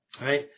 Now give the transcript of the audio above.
right